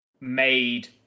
made